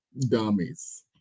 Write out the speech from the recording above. Dummies